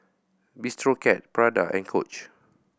Bistro Cat Prada and Coach